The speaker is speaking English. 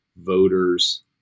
voters